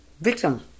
Victim